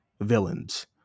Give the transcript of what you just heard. villains